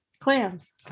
Clams